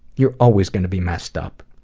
you are always going to be messed up.